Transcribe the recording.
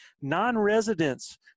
non-residents